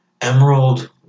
Emerald